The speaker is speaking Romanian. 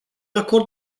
acord